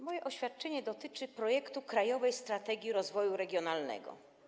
Moje oświadczenie dotyczy projektu „Krajowej strategii rozwoju regionalnego”